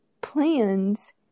plans